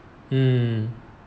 um